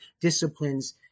disciplines